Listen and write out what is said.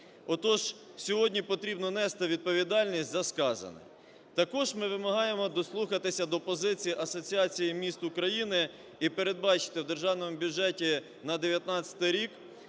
Отож, сьогодні потрібно нести відповідальність за сказане. Також ми вимагаємо дослухатися до позиції Асоціації міст України і передбачити у державному бюджеті на 19-й рік